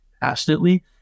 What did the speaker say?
passionately